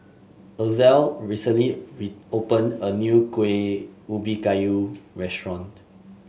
Ozell recently opened a new Kueh Ubi Kayu restaurant